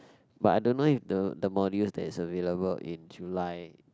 but I don't know if the the modules that is available in July